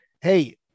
Hey